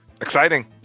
Exciting